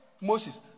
Moses